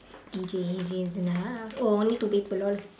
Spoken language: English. D_J izzy is in the house oh only two people lol